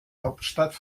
hauptstadt